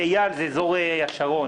מס' פנייה לוועדה 460 המשרד